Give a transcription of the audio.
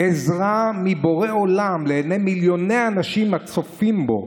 עזרה מבורא עולם, לעיני מיליוני אנשים הצופים בו,